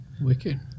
Wicked